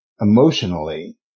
emotionally